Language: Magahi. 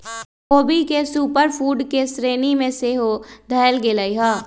ख़ोबी के सुपर फूड के श्रेणी में सेहो धयल गेलइ ह